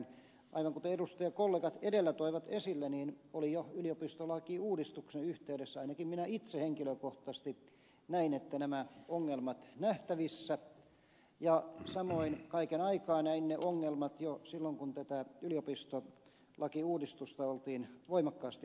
aivan kuten edustajakollegat edellä toivat esille niin jo yliopistolakiuudistuksen yhteydessä ainakin minä itse henkilökohtaisesti näin nämä ongelmat olivat nähtävissä ja samoin kaiken aikaa näin ne ongelmat jo silloin kun tätä yliopistolakiuudistusta oltiin voimakkaasti ajamassa